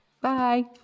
Bye